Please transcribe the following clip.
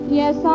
yes